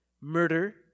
murder